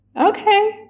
Okay